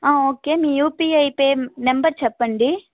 okay మీ UPI pay number చెప్పండి